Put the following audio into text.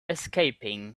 escaping